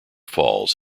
falls